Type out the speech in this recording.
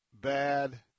bad